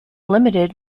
limited